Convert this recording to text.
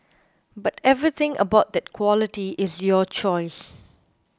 but everything about that quality is your choice